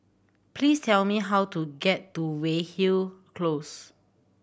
please tell me how to get to Weyhill Close